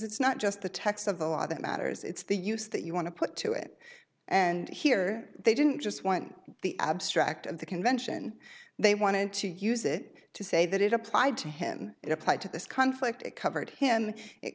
it's not just the text of the law that matters it's the use that you want to put to it and here they didn't just want the abstract at the convention they wanted to use it to say that it applied to him and it applied to this conflict it covered him it